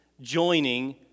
joining